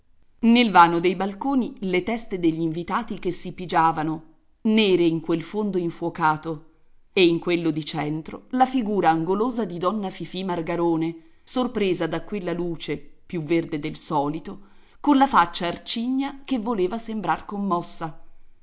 nel vano dei balconi le teste degli invitati che si pigiavano nere in quel fondo infuocato e in quello di centro la figura angolosa di donna fifì margarone sorpresa da quella luce più verde del solito colla faccia arcigna che voleva sembrar commossa